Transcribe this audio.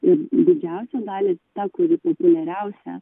ir didžiausią dalį ta kuri populiariausia